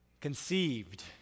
conceived